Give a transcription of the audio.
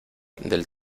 del